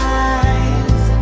eyes